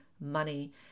money